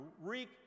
wreak